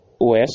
OS